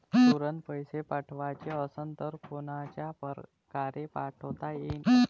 तुरंत पैसे पाठवाचे असन तर कोनच्या परकारे पाठोता येईन?